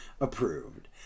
approved